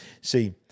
See